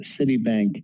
Citibank